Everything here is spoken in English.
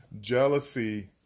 jealousy